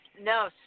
No